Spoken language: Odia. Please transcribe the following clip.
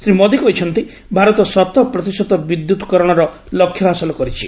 ଶ୍ରୀ ମୋଦି କହିଛନ୍ତି ଭାରତ ଶତ ପ୍ରତିଶତ ବିଦ୍ୟତ୍କରଣର ଲକ୍ଷ୍ୟ ହାସଲ କରିଛି